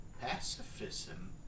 Pacifism